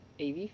AV